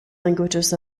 languages